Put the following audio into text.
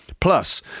Plus